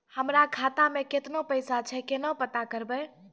हमरा खाता मे केतना पैसा छै, केना पता करबै?